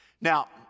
Now